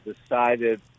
decided